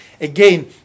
again